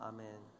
Amen